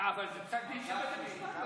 אבל זה פסק דין של בית המשפט,